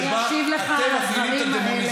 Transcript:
אני אשיב לך על הדברים האלה כשתסיים.